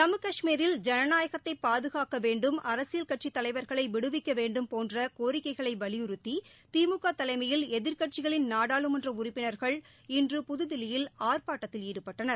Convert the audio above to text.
ஜம்மு கஷ்மீரில் ஜனநாயகத்தை பாதுகாக்க வேண்டும் அரசியல் கட்சித் தலைவா்களை விடுவிக்க வேண்டும் போன்ற கோரிக்கைகளை வலியுறுத்தி திமுக தலைமையில் எதிர்க்கட்சிகளின் நாடாளுமன்ற உறுப்பினர்கள் இன்று புதுதில்லியில் ஆர்பாட்டத்தில் ஈடுபட்டனர்